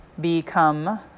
become